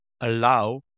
allow